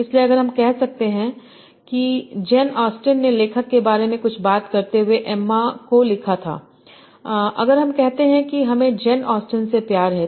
इसलिए अगर हम कहते हैं कि जेन ऑस्टेन ने लेखक के बारे में कुछ बात करते हुए एम्मा को लिखा था अगर हम कहते हैं कि हमें जेन ऑस्टेन से प्यार है